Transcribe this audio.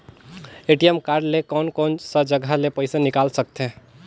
ATM card ले कोन कोन सा जगह ले पइसा निकाल सकथे?